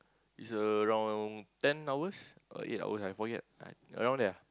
it's around ten hours or eight hours I forget uh around there ah